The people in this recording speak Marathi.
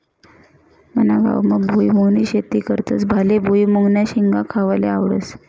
मना गावमा भुईमुंगनी शेती करतस माले भुईमुंगन्या शेंगा खावाले आवडस